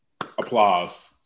Applause